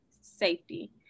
safety